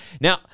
Now